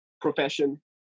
profession